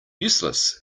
useless